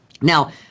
now